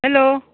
hello